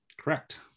Correct